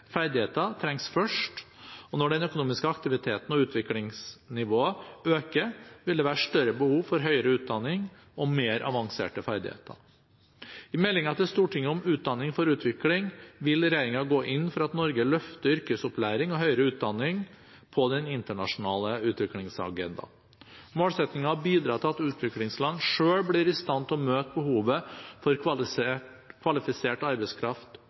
ferdigheter trengs først, og når den økonomiske aktiviteten og utviklingsnivået øker, vil det være større behov for høyere utdanning og mer avanserte ferdigheter. I meldingen til Stortinget om utdanning for utvikling vil regjeringen gå inn for at Norge løfter yrkesopplæring og høyere utdanning på den internasjonale utviklingsagendaen. Målsettingen er å bidra til at utviklingsland selv blir i stand til å møte behovet for kvalifisert arbeidskraft